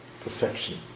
perfection